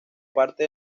parte